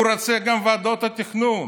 הוא רוצה גם את ועדות התכנון.